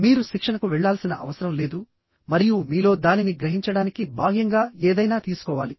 మీరు శిక్షణకు వెళ్లాల్సిన అవసరం లేదు మరియు మీలో దానిని గ్రహించడానికి బాహ్యంగా ఏదైనా తీసుకోవాలి